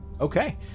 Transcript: okay